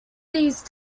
these